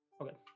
Okay